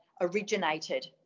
originated